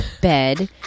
bed